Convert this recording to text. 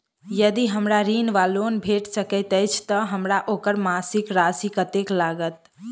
यदि हमरा ऋण वा लोन भेट सकैत अछि तऽ हमरा ओकर मासिक राशि कत्तेक लागत?